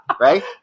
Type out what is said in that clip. right